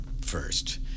first